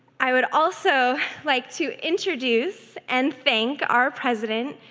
i would also like to introduce and thank our president,